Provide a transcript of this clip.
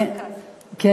אנחנו לא מרכז.